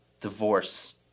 divorce